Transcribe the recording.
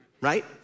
right